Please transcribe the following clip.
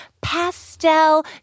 pastel